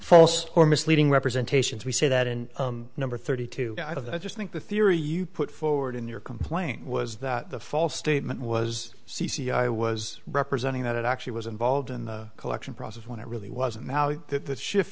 false or misleading representation we say that in number thirty two of that i just think the theory you put forward in your complaint was that the false statement was c c i was representing that it actually was involved in the collection process when it really wasn't that that shift